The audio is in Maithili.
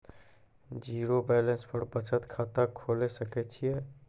जीरो बैलेंस पर बचत खाता खोले सकय छियै?